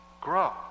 grow